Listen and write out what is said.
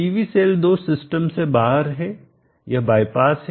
PV cell 2 system से बाहर है यह बाईपास है